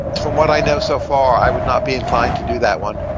from what i know so far, i would not be inclined to do that one.